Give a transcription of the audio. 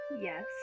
Yes